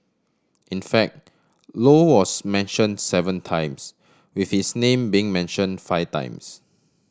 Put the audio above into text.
in fact Low was mention seven times with his name being mention five times